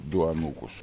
du anūkus